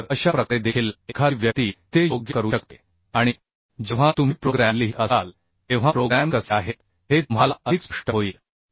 तर अशा प्रकारे देखील एखादी व्यक्ती ते योग्य करू शकते आणि जेव्हा तुम्ही प्रोग्रॅम लिहीत असाल तेव्हा प्रोग्रॅम कसे आहेत हे तुम्हाला अधिक स्पष्ट होईल